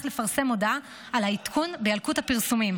לפרסם הודעה על העדכון בילקוט הפרסומים,